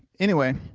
anyway,